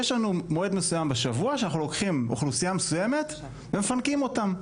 יש לנו מועד מסוים בשבוע שאנחנו לוקחים אוכלוסייה מסוימת ומפנקים אותם,